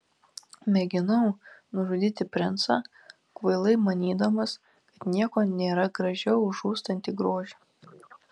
mėginau nužudyti princą kvailai manydamas kad nieko nėra gražiau už žūstantį grožį